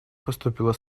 поступило